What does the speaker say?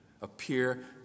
appear